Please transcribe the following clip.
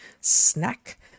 snack